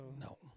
No